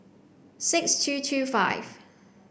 six two two five